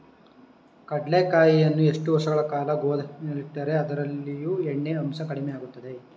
ಕಡ್ಲೆಕಾಯಿಯನ್ನು ಎಷ್ಟು ವರ್ಷಗಳ ಕಾಲ ಗೋದಾಮಿನಲ್ಲಿಟ್ಟರೆ ಅದರಲ್ಲಿಯ ಎಣ್ಣೆ ಅಂಶ ಕಡಿಮೆ ಆಗುತ್ತದೆ?